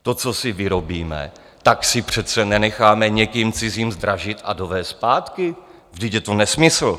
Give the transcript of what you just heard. To, co si vyrobíme, si přece nenecháme někým cizím zdražit a dovézt zpátky, vždyť je to nesmysl.